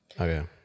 Okay